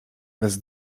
bez